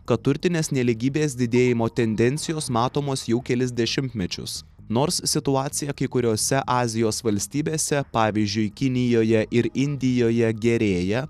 kad turtinės nelygybės didėjimo tendencijos matomos jau kelis dešimtmečius nors situacija kai kuriose azijos valstybėse pavyzdžiui kinijoje ir indijoje gerėja